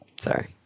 Sorry